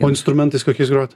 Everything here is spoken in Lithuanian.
o instrumentais kokiais grot